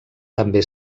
també